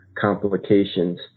complications